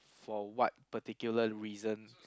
for what particular reasons